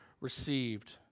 received